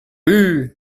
hue